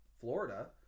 Florida